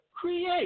create